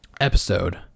Episode